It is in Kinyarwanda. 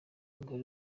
ingoro